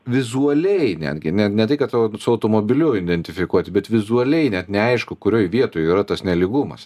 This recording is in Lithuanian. vizualiai netgi ne ne tai kad su automobiliu identifikuoti bet vizualiai net neaišku kurioj vietoj yra tas nelygumas